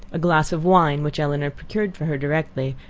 a glass of wine, which elinor procured for her directly,